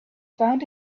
found